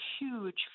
huge